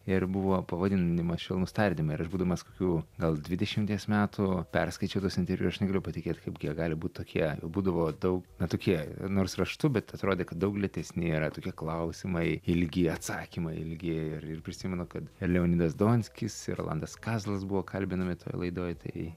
ir buvo pavadinimas švelnūs tardymai ir aš būdamas kokių gal dvidešimties metų perskaičiau tuos interviu ir aš negalėjau patikėt kaip jie gali būt tokie jų būdavo daug na tokie nors raštu bet atrodė kad daug lėtesni yra tokie klausimai ilgi atsakymai ilgi ir ir prisimenu kad ir leonidas donskis ir rolandas kazlas buvo kalbinami toj laidoj tai